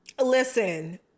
listen